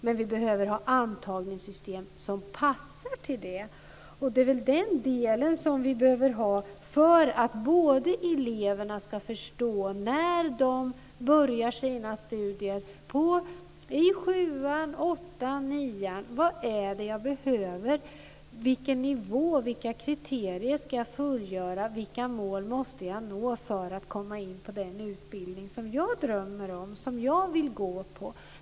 Men det behövs antagningssystem som passar till betygen för att eleverna i sjuan, åttan eller nian ska förstå vad det är som de behöver kunna, vilka kriterier som ska uppfyllas, vilka mål som ska nås för att de ska komma in på den utbildning som de drömmer om.